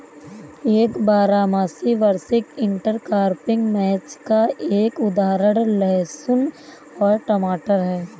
एक बारहमासी वार्षिक इंटरक्रॉपिंग मैच का एक उदाहरण लहसुन और टमाटर है